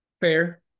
Fair